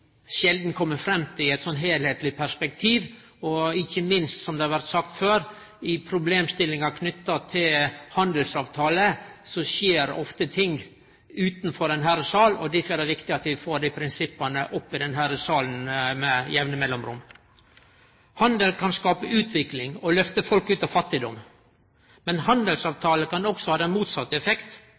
i eit heilskapleg perspektiv. Som det har vore sagt før: Ikkje minst når det gjeld problemstillinga knytt til handelsavtaler, skjer ofte ting utanfor denne salen. Derfor er det viktig at desse prinsippa blir tekne opp i denne salen med jamne mellomrom. Handel kan skape utvikling og lyfte folk ut av fattigdom. Men handelsavtaler kan også ha motsett effekt.